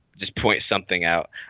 just point something out